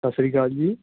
ਸਤਿ ਸ਼੍ਰੀ ਅਕਾਲ ਜੀ